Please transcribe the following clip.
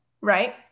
right